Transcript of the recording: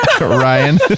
Ryan